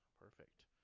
Perfect